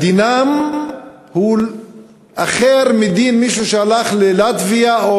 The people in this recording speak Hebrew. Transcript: דינם הוא אחר מדין מישהו שהלך ללטביה או